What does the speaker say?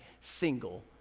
single